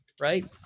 right